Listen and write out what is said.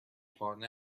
خانه